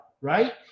right